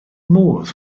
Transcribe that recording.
modd